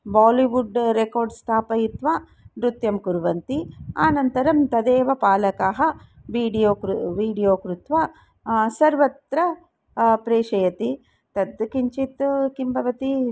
Bollywood record स्थापयित्वा नृत्यं कुर्वन्ति अनन्तरं तदेव पालकाः वीडियो कृत्वा वीडियो कृत्वा सर्वत्र प्रेषयन्ति तद् किञ्चित् किं भवति